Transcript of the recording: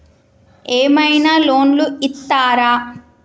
ఏమైనా లోన్లు ఇత్తరా?